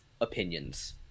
opinions